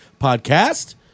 podcast